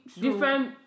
different